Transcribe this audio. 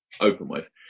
open-wave